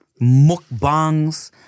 mukbangs